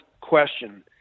question